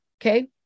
okay